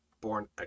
born